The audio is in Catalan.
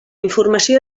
informació